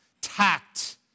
tact